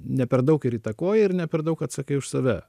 ne per daug ir įtakoji ir ne per daug atsakai už save